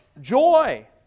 Joy